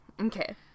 Okay